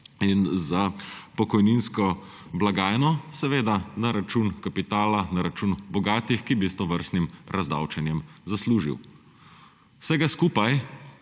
in za pokojninsko blagajno, seveda na račun kapitala, na račun bogatih, ki bi s tovrstnim razdavčenjem zaslužili. Vsega skupaj